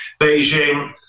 Beijing